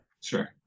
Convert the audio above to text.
Sure